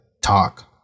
talk